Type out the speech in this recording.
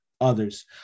others